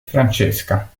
francesca